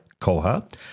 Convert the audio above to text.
Koha